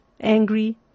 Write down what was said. angry